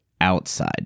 outside